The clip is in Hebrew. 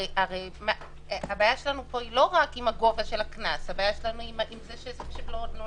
הרי הבעיה שלנו פה היא לא רק עם גובה הקנס אלא עם זה שהקנס לא מוטל.